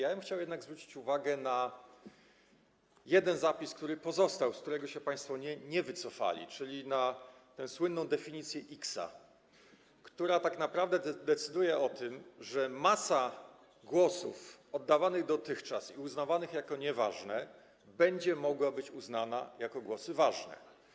Ja bym chciał jednak zwrócić uwagę na jeden zapis, który pozostał, z którego się państwo nie wycofali, czyli na tę słynną definicję iksa, która tak naprawdę decyduje o tym, że masa głosów oddawanych dotychczas i uznawanych za nieważne będzie mogła być uznana za głosy ważne.